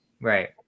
Right